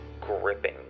gripping